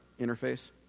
interface